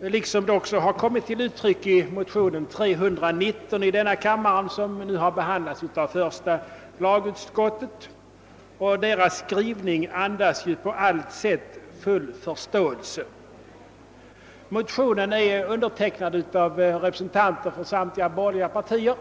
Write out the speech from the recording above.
liksom det också har kommit till uttryck i motionerna I: 286 och II: 319, som nu har behandlats av första lagutskottet. Utskottets skrivning andas på allt sätt full förståelse. Motionen är undertecknad av representanter för samtliga borgerliga partier.